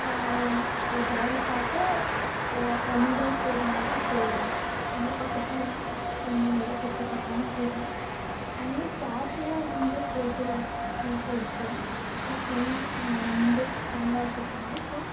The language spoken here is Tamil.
ஒரு ஜாலிக்காக ஒன் டே டூர் மாதிரி போயிருந்தோம் சும்மா பக்கத்தில் தான் ரெண்டு மூணு இடம் சுற்றி பார்க்கலான்னு போயிருந்தோம் அங்கே கேஷுவலாக நாங்கள் ஃபோட்டோ ஷூட் எடுத்தோம் என் ஃப்ரெண்ட் ரெண்டு கேமரா வச்சிருக்காங்க ஸோ